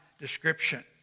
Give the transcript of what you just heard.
description